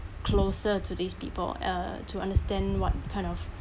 closer to these people uh to understand what kind of